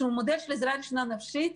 שהוא מודל לעזרה ראשונה נפשית.